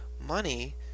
money